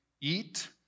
eat